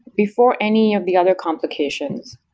before any of the other complications,